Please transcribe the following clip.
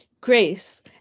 Grace